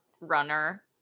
runner